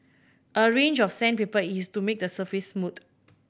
a range of sandpaper is used to make the surface smooth